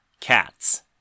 cats